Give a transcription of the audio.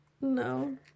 no